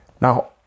Now